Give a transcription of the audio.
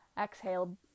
Exhale